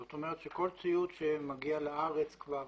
זאת אומרת שכל ציוד שמגיע לארץ כבר